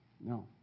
No